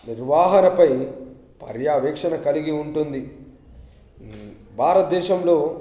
నిర్వహణపై పర్యావేక్షణ కలిగి ఉంటుంది భారతదేశంలో